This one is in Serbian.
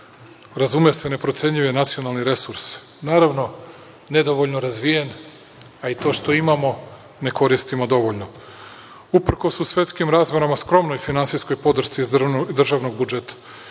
razume se ne procenjuje nacionalni resurs. Naravno, nedovoljno razvijen, a i to što imamo ne koristimo dovoljno, uprkos u svetskim razmerama skromnoj finansijskoj podršci iz državnog budžeta